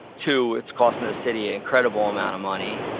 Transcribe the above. two, it's costing the city incredible amount of money.